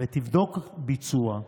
ותבדוק ביצוע,